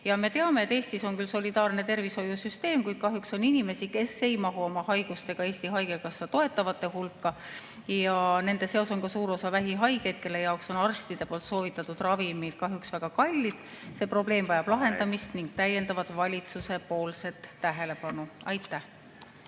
Me teame, et Eestis on küll solidaarne tervishoiusüsteem, kuid kahjuks on inimesi, kes ei mahu oma haigustega Eesti haigekassa toetatavate hulka. Nende seas on ka suur osa vähihaigeid, kelle jaoks on arstide soovitatud ravimid kahjuks väga kallid. See probleem vajab lahendamist ning täiendavat valitsuse tähelepanu. Aitäh!